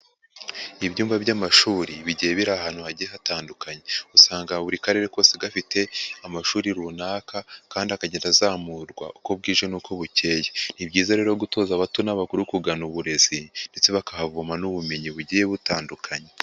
Ibyumba by'amashuri bigiye biri ahantu hagiye hatandukanye. Usanga buri Karere kose gafite amashuri runaka kandi akagenda azamurwa uko bwije n'uko bukeye. Ni byiza rero gutoza abato n'abakuru kugana uburezi ndetse bakahavoma n'ubumenyi bugiye butandukanye.